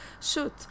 shoot